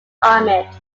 ahmed